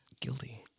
Guilty